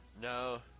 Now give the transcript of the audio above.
No